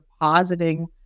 depositing